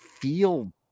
feel